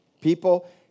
People